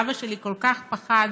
אבא שלי כל כך פחד